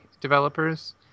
developers